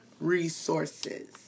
resources